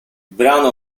brano